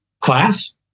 class